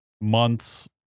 months